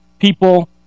people